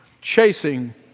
chasing